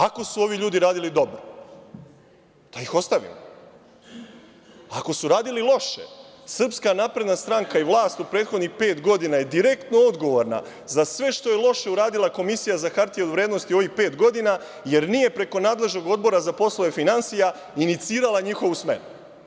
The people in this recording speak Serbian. Ako su ovi ljudi radili dobro da ih ostavimo, ako su radili loše, Srpska napredna stranka i vlast u prethodnih pet godina je direktno odgovorna za sve što je loše uradila Komisija za hartije od vrednosti u ovih pet godina, jer nije preko nadležnog odbora za poslove finansija inicirala njihovu smenu.